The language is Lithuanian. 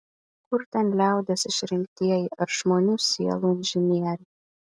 kur ten liaudies išrinktieji ar žmonių sielų inžinieriai